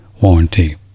warranty